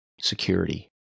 security